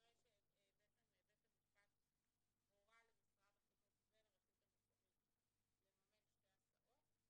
אחרי שבעצם בית המשפט הורה למשרד החינוך ולרשות המקומית לממן שתי הסעות,